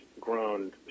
grown